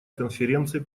конференции